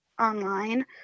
online